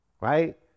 Right